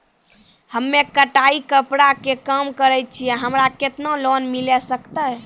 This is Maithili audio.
हम्मे कढ़ाई कपड़ा के काम करे छियै, हमरा केतना लोन मिले सकते?